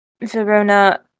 Verona